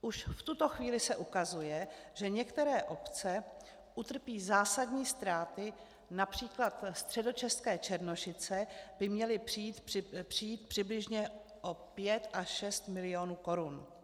Už v tuto chvíli se ukazuje, že některé obce utrpí zásadní ztráty, například středočeské Černošice by měly přijít přibližně o 5 až 6 milionů korun.